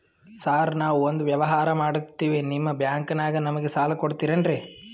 Sir ನಾವು ಒಂದು ವ್ಯವಹಾರ ಮಾಡಕ್ತಿವಿ ನಿಮ್ಮ ಬ್ಯಾಂಕನಾಗ ನಮಿಗೆ ಸಾಲ ಕೊಡ್ತಿರೇನ್ರಿ?